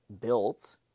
built